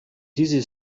diese